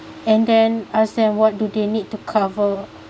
and then ask them what do they need to cover